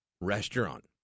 restaurant